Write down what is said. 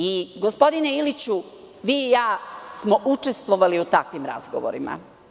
I, gospodine Iliću, vi i ja smo učestvovali u takvim razgovorima.